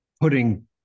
putting